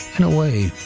in a way,